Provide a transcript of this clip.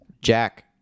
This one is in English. Jack